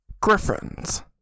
Griffins